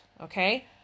Okay